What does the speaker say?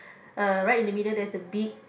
uh right in the middle there's a big